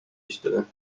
istuda